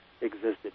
existed